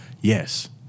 Yes